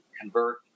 convert